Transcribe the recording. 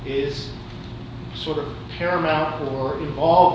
is sort of paramount or all